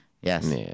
Yes